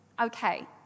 okay